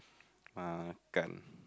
makan